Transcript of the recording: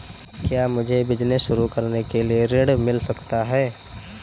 क्या मुझे बिजनेस शुरू करने के लिए ऋण मिल सकता है?